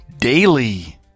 daily